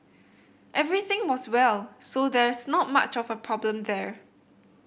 everything was well so there's not much of a problem there